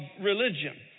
religion